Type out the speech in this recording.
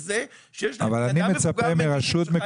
לכך שיש בן אדם מבוגר שחי לבד --- אני מצפה מרשות מקומית,